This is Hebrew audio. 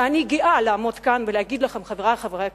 ואני גאה לעמוד כאן ולהגיד לכם, חברי חברי הכנסת: